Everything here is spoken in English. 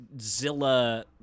Zilla